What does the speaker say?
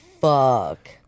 fuck